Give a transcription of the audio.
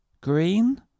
Green